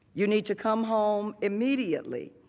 you need to come home immediately.